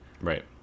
Right